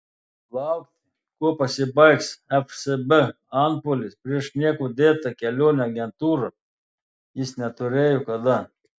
laukti kuo pasibaigs fsb antpuolis prieš niekuo dėtą kelionių agentūrą jis neturėjo kada